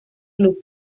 club